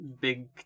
Big